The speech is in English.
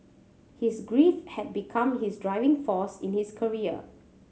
his grief had become his driving force in his career